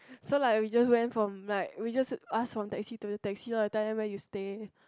so like we just went from like we just ask from taxi to taxi lor and tell them where you stay